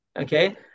okay